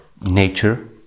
nature